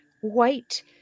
white